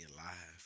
alive